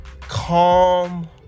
calm